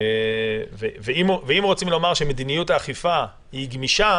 אם רוצים לומר שמדיניות האכיפה היא גמישה